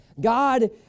God